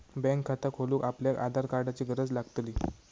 bank खाता खोलूक आपल्याक आधार कार्डाची गरज लागतली